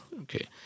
okay